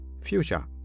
future